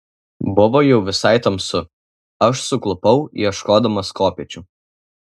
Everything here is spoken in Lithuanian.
buvo jau visai tamsu aš suklupau ieškodamas kopėčių